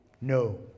No